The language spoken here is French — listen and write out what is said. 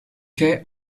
quai